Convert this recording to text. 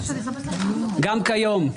גם כיום,